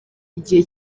igihe